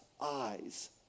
eyes